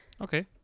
Okay